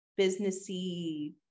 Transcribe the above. businessy